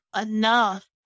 enough